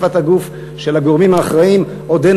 שפת הגוף של הגורמים האחראים עודנה